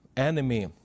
enemy